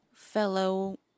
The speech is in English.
fellow